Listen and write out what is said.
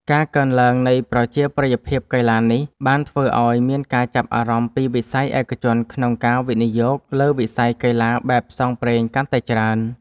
ការកើនឡើងនៃប្រជាប្រិយភាពកីឡានេះ បានធ្វើឱ្យមានការចាប់អារម្មណ៍ពីវិស័យឯកជនក្នុងការវិនិយោគលើវិស័យកីឡាបែបផ្សងព្រេងកាន់តែច្រើន។